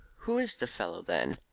who is the fellow, then?